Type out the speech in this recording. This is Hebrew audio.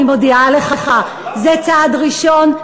לדעתי זה לא צעד, מה שפרי עושה זה צעד ראשון.